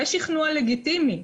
זה שכנוע לגיטימי,